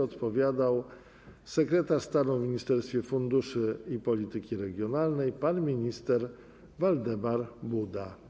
Odpowiadał będzie sekretarz stanu w Ministerstwie Funduszy i Polityki Regionalnej pan minister Waldemar Buda.